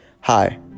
Hi